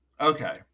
Okay